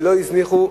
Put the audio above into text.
ולא הזניחו,